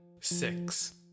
Six